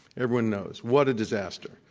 everyone knows, what a disaster.